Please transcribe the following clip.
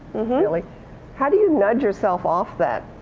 like how do you nudge yourself off that?